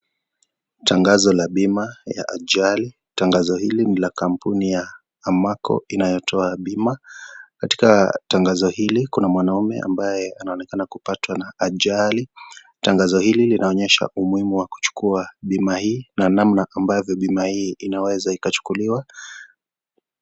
Tangazo la bima ya ajali, tangazo hili ni la kampuni ya AMACCO inayotoa bima. Katika tangazo hili kuna mwanaume ambaye anaonekana kupatwa na ajali, tangazo hili linaonyesha umuhimu wa kuchukua bima hii na namna ambayo huduma hii inaweza ikachukuliwa.